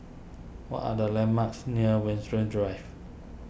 what are the landmarks near Winstedt Drive